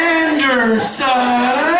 anderson